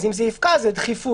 אז אם זה יפקע זו דחיפות.